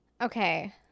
Okay